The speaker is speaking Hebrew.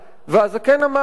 והזקן אמר: 'לא,